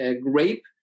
grape